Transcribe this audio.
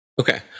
Okay